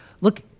Look